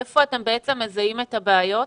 איפה אתם מזהים את הבעיות